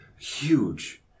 Huge